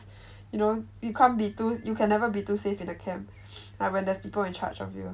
you know you can't be too you can never be too safe in the camp like when there's people in charge of you